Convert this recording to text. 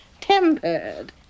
tempered